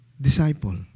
Disciple